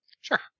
Sure